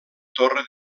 torre